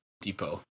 Depot